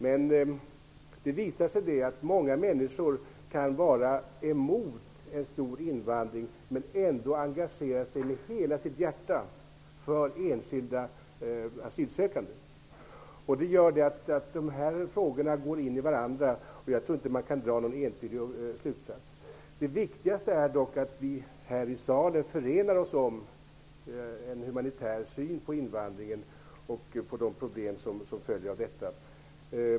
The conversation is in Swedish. Men många människor kan vara emot en stor invandring och ändå engagera sig med hela sitt hjärta för enskilda asylsökande. Det gör att dessa frågor går in i varandra. Jag tror inte att man kan dra någon entydig slutsats. Det viktigaste är dock att vi här i salen förenar oss om en humanitär syn på invandringen och på de problem som följer av den.